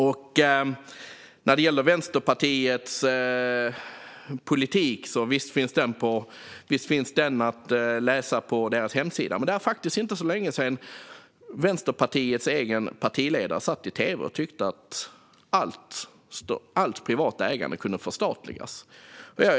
Visst finns Vänsterpartiets politik att läsa på deras hemsida, men det är inte så länge sedan Vänsterpartiets egen partiledare satt i tv och tyckte att allt privat ägande kunde förstatligas.